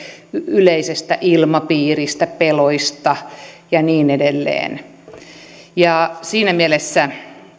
yleisestä ilmapiiristä peloista ja niin edelleen siinä mielessä